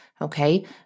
Okay